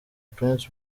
prince